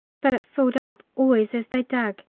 but it filled up always as they dug,